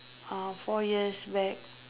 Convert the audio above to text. uh four years back